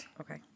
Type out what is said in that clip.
Okay